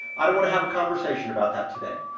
i don't want to have a conversation about that today.